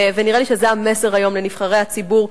נראה לי שזה המסר היום לנבחרי הציבור,